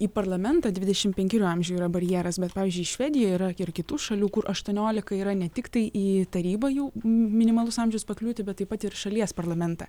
į parlamentą dvidešim penkerių amžių yra barjeras bet pavyzdžiui švedijoje yra ir kitų šalių kur aštuoniolika yra ne tiktai į tarybą jau minimalus amžius pakliūti bet taip pat ir į šalies parlamentą